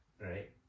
right